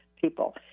people